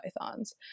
pythons